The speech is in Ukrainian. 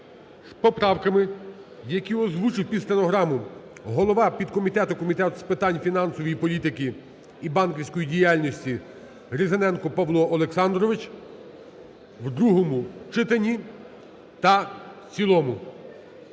з поправками, які озвучив під стенограму голова підкомітету Комітету з питань фінансової політики і банківської діяльності Різаненко Павло Олександрович в другому читанні та в цілому.